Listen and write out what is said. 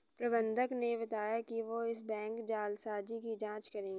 प्रबंधक ने बताया कि वो इस बैंक जालसाजी की जांच करेंगे